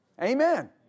Amen